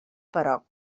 però